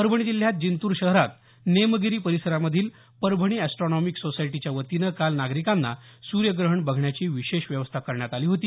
परभणी जिल्ह्यात जिंतूर शहरात नेमगिरी परिसरामधील परभणी अॅस्ट्रॉनॉमीक सोसायटीच्या वतीनं काल नागरिकांना सूर्यग्रहण बघण्याची विशेष व्यवस्था करण्यात आली होती